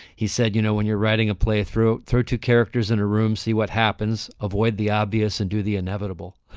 he said, you know, when you're writing a play through through two characters in a room, see what happens. avoid the obvious and do the inevitable